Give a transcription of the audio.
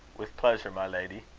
with pleasure, my lady.